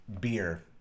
beer